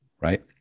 right